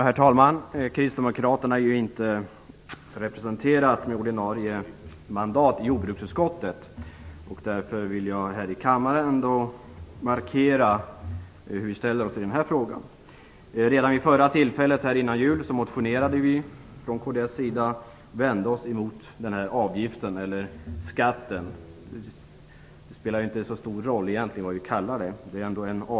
Herr talman! Kristdemokraterna är ju inte representerade med en ordinarie ledamot i jordbruksutskottet, och jag vill därför inför kammaren markera hur vi ställer oss i den här frågan. Redan vid det förra tillfället, före jul, motionerade vi från kds och vände oss mot denna avgift eller skatt - det spelar egentligen inte så stor roll vad vi kallar den.